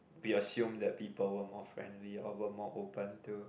we assume that people were more friendly or were more open to